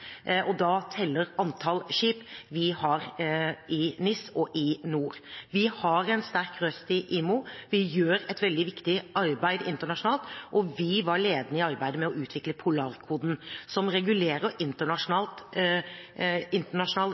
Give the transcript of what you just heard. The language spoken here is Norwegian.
og da teller antall skip vi har i NIS og i NOR. Vi har en sterk røst i IMO, vi gjør et veldig viktig arbeid internasjonalt, og vi var ledende i arbeidet med å utvikle Polarkoden, som regulerer